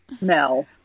no